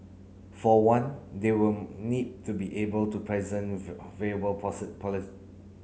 for one they will need to be able to present viable